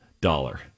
dollar